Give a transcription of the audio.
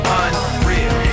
unreal